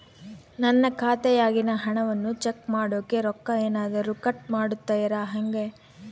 ನನ್ನ ಖಾತೆಯಾಗಿನ ಹಣವನ್ನು ಚೆಕ್ ಮಾಡೋಕೆ ರೊಕ್ಕ ಏನಾದರೂ ಕಟ್ ಮಾಡುತ್ತೇರಾ ಹೆಂಗೆ?